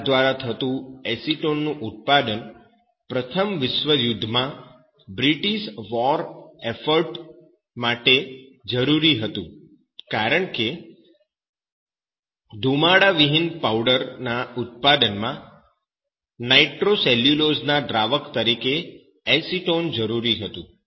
આ માર્ગ દ્વારા થતું એસિટોન નું ઉત્પાદન પ્રથમ વિશ્વયુદ્ધમાં બ્રિટીશ વૉર એફર્ટ માટે જરૂરી હતું કારણ કે ધુમાડાવિહીન પાવડર ના ઉત્પાદનમાં નાઈટ્રોસેલ્યુલોઝ ના દ્રાવક તરીકે એસિટોન જરૂરી હતું